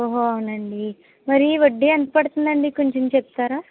ఓహో అవునండి మరీ వడ్డీ ఎంత పడుతుండి అండి కొంచెం చెప్తారా